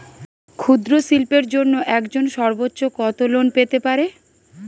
ক্ষুদ্রশিল্পের জন্য একজন সর্বোচ্চ কত লোন পেতে পারে?